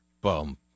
boom